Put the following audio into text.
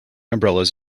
umbrellas